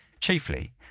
Chiefly